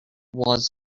was